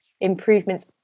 improvements